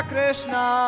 Krishna